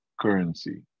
currency